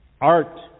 Art